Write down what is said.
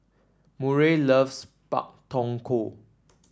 Murray loves Pak Thong Ko